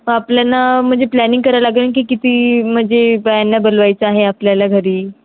तर आपल्यांना म्हणजे प्लॅनिंग करावं लागेल की किती म्हणजे बायांना बोलवायचं आहे आपल्याला घरी